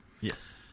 Yes